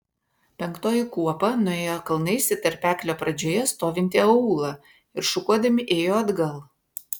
penktoji kuopa nuėjo kalnais į tarpeklio pradžioje stovintį aūlą ir šukuodami ėjo atgal